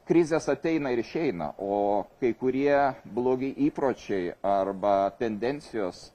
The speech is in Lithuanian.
krizės ateina ir išeina o kai kurie blogi įpročiai arba tendencijos